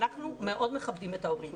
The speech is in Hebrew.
אנחנו מאוד מכבדים את ההורים,